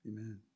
Amen